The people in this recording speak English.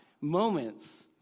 moments